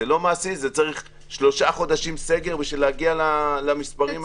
דרוש סגר של שלושה חודשים בשביל להגיע למספרים הללו.